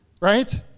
right